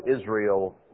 Israel